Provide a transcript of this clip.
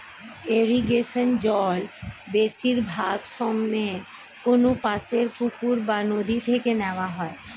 ইরিগেশনে জল বেশিরভাগ সময়ে কোনপাশের পুকুর বা নদি থেকে নেওয়া হয়